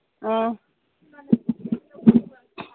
ꯑꯥ